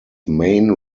main